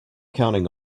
counting